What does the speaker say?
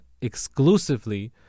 exclusively